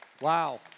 Wow